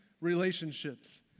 relationships